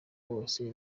bose